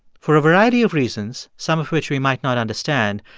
for a variety of reasons, some of which we might not understand,